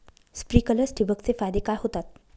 Sprinklers ठिबक चे फायदे काय होतात?